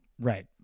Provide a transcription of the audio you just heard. Right